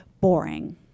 boring